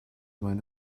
meine